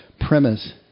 premise